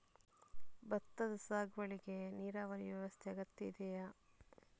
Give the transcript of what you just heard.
ಭತ್ತದ ಸಾಗುವಳಿಗೆ ನೀರಾವರಿ ವ್ಯವಸ್ಥೆ ಅಗತ್ಯ ಇದೆಯಾ?